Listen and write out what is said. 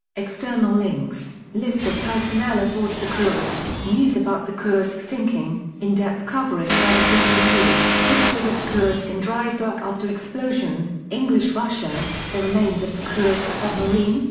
external links list of personnel aboard the kursk news about the kursk sinking in depth coverage by the bbc pictures of kursk in dry dock after explosion english russia the remains of the kursk submarine,